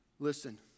Listen